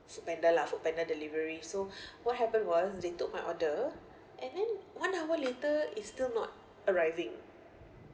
foodpanda lah foodpanda delivery so what happened was they took my order and then one hour later is still not arriving